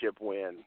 win